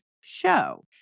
Show